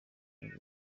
irenga